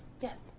Yes